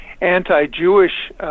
anti-Jewish